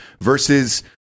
versus